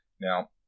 Now